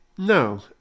No